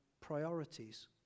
priorities